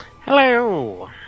Hello